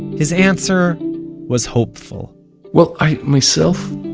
his answer was hopeful well, i myself,